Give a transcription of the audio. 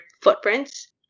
footprints